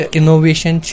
innovation